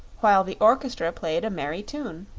while the orchestra played a merry tune.